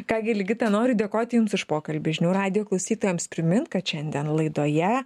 ką gi ligita noriu dėkoti jums už pokalbį žinių radijo klausytojams primint kad šiandien laidoje